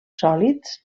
sòlids